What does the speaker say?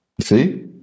See